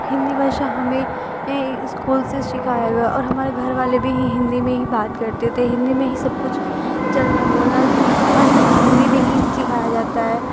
हिंदी भाषा हमें स्कूल से सिखाया गया और हमारे घर वाले भी हिंदी में हीं बात करते थे हिंदी में हीं सब कुछ चलना बोलना हर चीज हिंदी में ही सिखाया जाता है